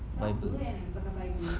Viber